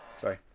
sorry